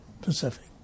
Pacific